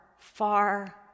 far